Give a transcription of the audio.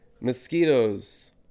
Mosquitoes